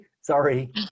Sorry